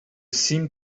seem